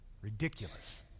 Ridiculous